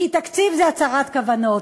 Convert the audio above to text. כי תקציב זה הצהרות כוונות,